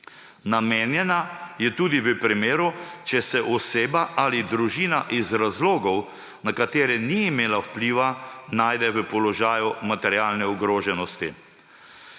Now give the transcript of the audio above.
Namenjena je tudi v primeru, če se oseba ali družina iz razlogov, na katere ni imela vpliva, znajde v položaju materialne ogroženosti.